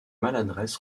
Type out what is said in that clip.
maladresse